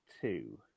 two